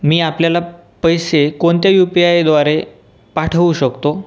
मी आपल्याला पैसे कोणत्या यु पी आयद्वारे पाठवू शकतो